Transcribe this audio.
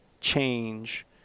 change